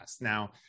Now